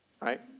right